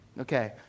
Okay